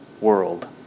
world